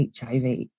HIV